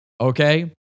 Okay